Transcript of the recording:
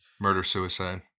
Murder-suicide